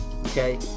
Okay